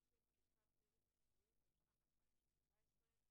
מתכבדת לפתוח את ישיבת ועדת העבודה,